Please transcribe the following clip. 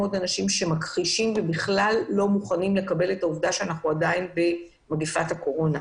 מוכנים לקבל את זה שאנחנו עדיין תחת מגפת הקורונה.